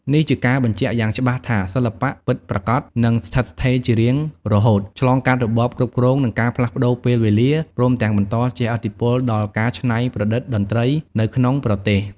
នេះជាការបញ្ជាក់យ៉ាងច្បាស់ថា សិល្បៈពិតប្រាកដនឹងស្ថិតស្ថេរជារៀងរហូត ឆ្លងកាត់របបគ្រប់គ្រង និងការផ្លាស់ប្ដូរពេលវេលា ព្រមទាំងបន្តជះឥទ្ធិពលដល់ការច្នៃប្រឌិតតន្ត្រីនៅក្នុងប្រទេស។